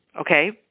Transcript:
Okay